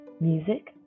music